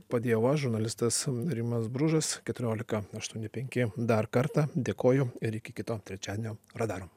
padėjau aš žurnalistas rimas bružas keturiolika aštuoni penki dar kartą dėkoju ir iki kito trečiadienio radarom